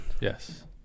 Yes